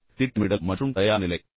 எனவே திட்டமிடல் மற்றும் தயார்நிலை